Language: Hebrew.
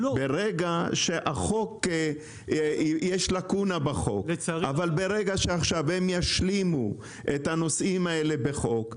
ברגע שיש לקונה בחוק אבל ברגע שעכשיו הם ישלימו את הנושאים האלה בחוק,